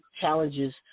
challenges